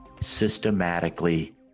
systematically